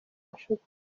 nshuti